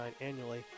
annually